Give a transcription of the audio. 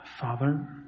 Father